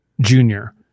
Junior